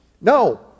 No